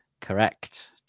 Correct